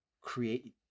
create